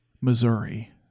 Missouri